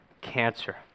cancer